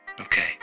Okay